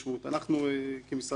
אנחנו כמשרד אוצר